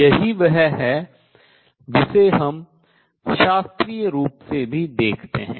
यही वह है जिसे हम शास्त्रीय रूप से भी देखते हैं